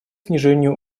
снижению